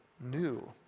new